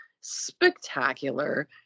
spectacular